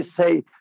say